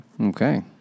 Okay